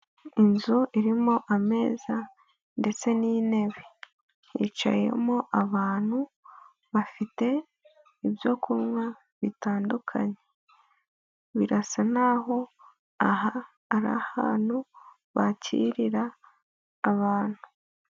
Inzu irimo ameza ndetse n'intebe, hicayemo abantu bafite ibyokunywa bitandukanye. Birasa nk'aho aha ari ahantu bakirira abantu.